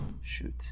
Shoot